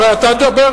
הרי אתה תדבר,